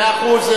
מאה אחוז,